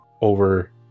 over